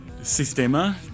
Sistema